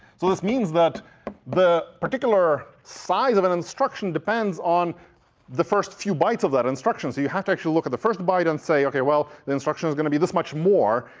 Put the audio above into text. so this means that the particular size of an instruction depends on the first few bytes of that instruction. so you have to actually look at the first byte and say, ok, well, the instruction is going to be this much more.